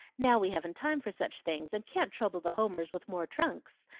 now we haven't time for such things, and can't trouble the homers with more trunks,